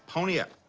pony up.